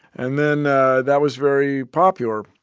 and then that was very popular.